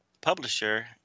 publisher